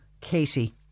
Katie